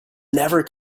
never